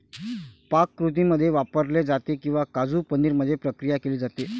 पाककृतींमध्ये वापरले जाते किंवा काजू पनीर मध्ये प्रक्रिया केली जाते